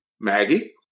Maggie